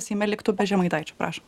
seime liktų be žemaitaičio prašom